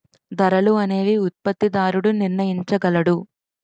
ధరలు అనేవి ఉత్పత్తిదారుడు నిర్ణయించగలడు